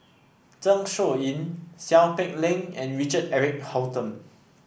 Zeng Shouyin Seow Peck Leng and Richard Eric Holttum